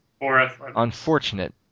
Unfortunate